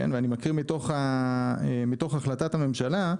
אני מקריא מתוך החלטת הממשלה,